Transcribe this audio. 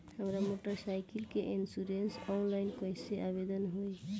हमार motorcycle के insurance online कईसे आवेदन होई?